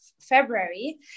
February